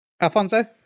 Alfonso